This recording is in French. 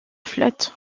flotte